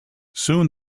soon